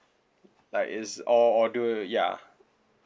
like is or or do ya